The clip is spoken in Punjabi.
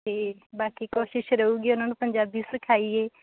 ਅਤੇ ਬਾਕੀ ਕੋਸ਼ਿਸ਼ ਰਹੂਗੀ ਉਹਨਾਂ ਨੂੰ ਪੰਜਾਬੀ ਸਿਖਾਈਏ